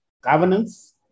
governance